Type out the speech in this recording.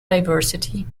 diversity